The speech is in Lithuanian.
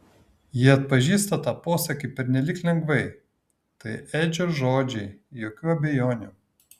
ji atpažįsta tą posakį pernelyg lengvai tai edžio žodžiai jokių abejonių